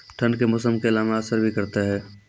ठंड के मौसम केला मैं असर भी करते हैं?